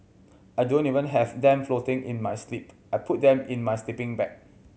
I don't even have them floating in my sleep I put them in my sleeping bag